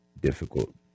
difficult